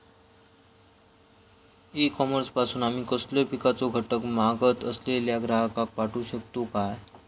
E commerce पासून आमी कसलोय पिकाचो घटक मागत असलेल्या ग्राहकाक पाठउक शकतू काय?